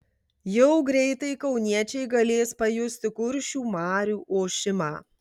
jau greitai kauniečiai galės pajusti kuršių marių ošimą